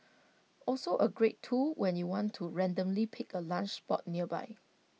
also A great tool when you want to randomly pick A lunch spot nearby